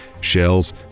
shells